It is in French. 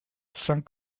saint